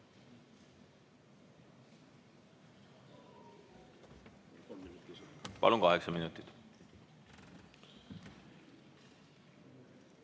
palun! Kaheksa minutit.